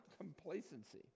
complacency